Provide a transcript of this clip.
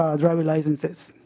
ah driver's licenses.